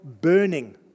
burning